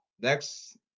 next